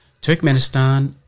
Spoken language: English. Turkmenistan